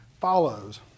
follows